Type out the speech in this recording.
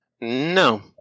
No